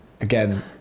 again